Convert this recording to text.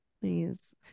Please